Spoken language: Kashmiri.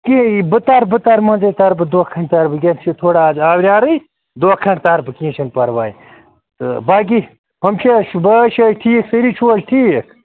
تی بہٕ تَرٕ بہٕ تَرٕ منٛزَے تَرٕ بہٕ دۄہ کھَنٛڈ تَرٕ بہٕ وٕنۍکٮ۪نَس چھِ تھوڑا آز آوریٛارٕے دۄہ کھنٛڈ تَرٕ بہٕ کیٚنٛہہ چھِنہٕ پَرواے تہٕ باقی ہُم چھی حظ بٲے چھِ حظ ٹھیٖک سٲری چھُو حظ ٹھیٖک